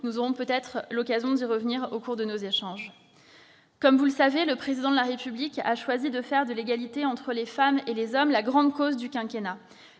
aurons-nous l'occasion d'y revenir au cours de nos échanges. Comme vous le savez, le Président de la République a choisi de faire de l'égalité entre les femmes et les hommes la grande cause du quinquennat.